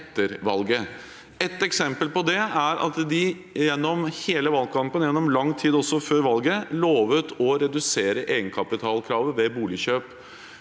Ett eksempel på det er at de gjennom hele valgkampen – og gjennom lang tid også før valget – lovet å redusere egenkapitalkravet ved boligkjøp